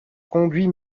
conduis